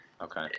Okay